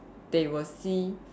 they will see